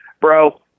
Bro